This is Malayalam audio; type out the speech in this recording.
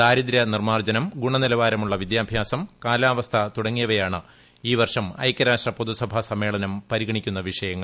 ദാരിദ്ര്യ നിർമ്മാർജ്ജനം ഗുണനിലവാരമുള്ള വിദ്യാഭ്യാസം കാലാവസ്ഥാ തുടങ്ങിയവയാണ് ഈ വർഷം ഐക്യരാഷ്ട്ര പൊതുസഭാ സമ്മേളനം പരിഗണിക്കുന്ന വിഷയങ്ങൾ